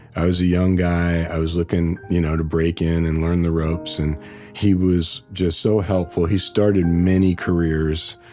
i was a young guy. i was looking you know to break in and learn the ropes and he was just so helpful. he started many careers.